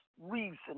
reason